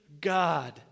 God